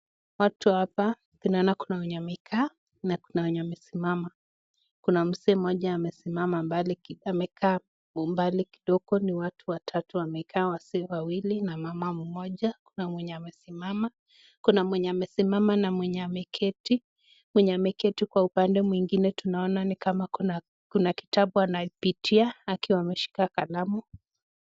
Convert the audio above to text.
Watu hapa, ninaona kuna wenye wamekaa na kuna wenye wamesimama. Kuna mzee mmoja amesimama amekaa mbali na huko ni watu watatu wamekaa, wazee wawili na mama mmoja. Kuna wenye wamesimama. Kuna mwenye amesimama na mwenye ameketi. Mwenye ameketi kwa upande mwingine tunaona ni kwamba kuna kitabu anapitia akiwa ameshika kalamu.